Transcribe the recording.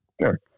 Sure